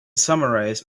summarize